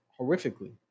horrifically